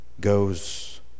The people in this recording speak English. goes